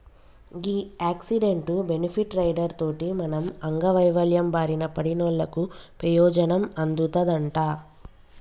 గీ accident, benefit rider తోటి మనం అంగవైవల్యం బారిన పడినోళ్ళకు పెయోజనం అందుతదంట